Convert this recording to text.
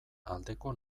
aldeko